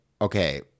Okay